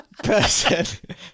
person